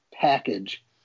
package